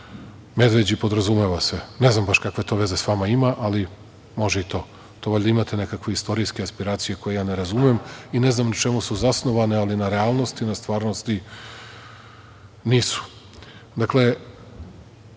Medveđi, podrazumeva se, ali ne znam baš kakve veze to ima sa vama, ali može i to. To valjda imate nekakve istorijske aspiracije koje ja ne razumem i ne znam ni na čemu su zasnovane, ali na realnosti i stvarnosti,